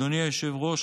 אדוני היושב-ראש,